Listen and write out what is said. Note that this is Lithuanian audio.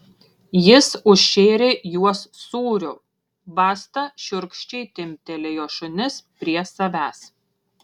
jis užšėrė juos sūriu basta šiurkščiai timptelėjo šunis prie savęs